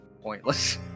pointless